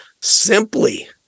simply